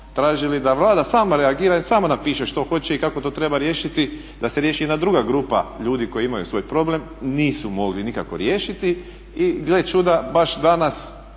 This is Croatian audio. tražili da Vlada sama reagira i sama napiše što hoće i kako to treba riješiti, da se riješi jedna druga grupa ljudi koji imaju svoj problem nisu mogli nikako riješiti i gle čuda baš danas,